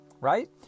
right